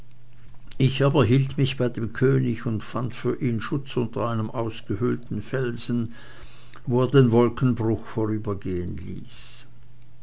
ich aber hielt mich bei dem könig und fand für ihn schutz unter einem ausgehöhlten felsen wo er den wolkenbruch vorübergehen ließ